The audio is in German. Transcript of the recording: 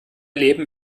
leben